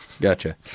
gotcha